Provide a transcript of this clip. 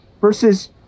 versus